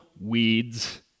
weeds